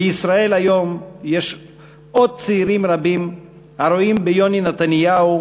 בישראל היום יש עוד צעירים רבים הרואים ביוני נתניהו